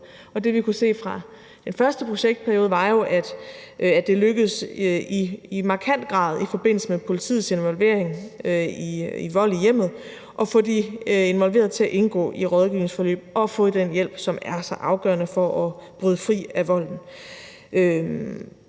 vi har kunnet se fra den første projektperiode, er jo, at det i forbindelse med politiets involvering i vold i hjemmet i markant grad er lykkedes at få de involverede til at indgå i rådgivningsforløb og få den hjælp, som er så afgørende for at bryde fri af volden.